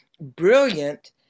brilliant